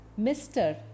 Mr